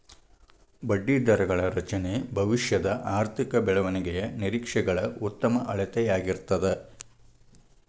ಬಡ್ಡಿದರಗಳ ರಚನೆ ಭವಿಷ್ಯದ ಆರ್ಥಿಕ ಬೆಳವಣಿಗೆಯ ನಿರೇಕ್ಷೆಗಳ ಉತ್ತಮ ಅಳತೆಯಾಗಿರ್ತದ